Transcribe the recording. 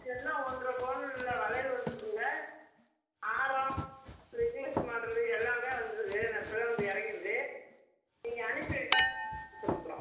எல்லாம் ஒன்றரை பவுனில் வளையல் வந்திருக்குங்க ஹாரம் நெக்லஸ் மாடலு எல்லாமே வந்திருக்கு இது இப்போ தான் வந்து இறங்கிருக்கு நீங்கள் அனுப்பி சொல்லுங்கள் அப்புறம்